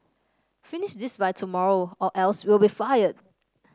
finish this by tomorrow or else you'll be fired